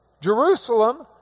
Jerusalem